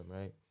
right